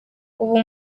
ubu